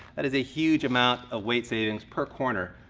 that is a huge amount of weight savings per corner.